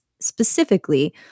specifically